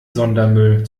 sondermüll